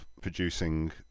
producing